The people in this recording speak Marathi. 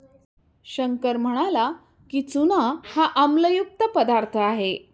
शंकर म्हणाला की, चूना हा आम्लयुक्त पदार्थ आहे